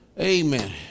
Amen